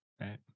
Right